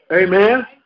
Amen